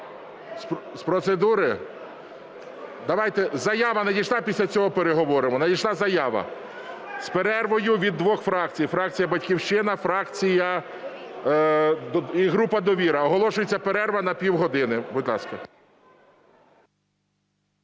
З процедури? Давайте, заява надійшла, після цього переговоримо. Надійшла заява з перервою від двох фракцій, фракція "Батьківщина" і група "Довіра". Оголошується перерва на пів години. Будь ласка.